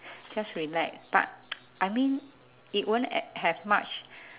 just relax but I mean it won't a~ have much